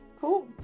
Cool